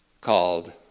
called